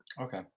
Okay